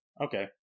okay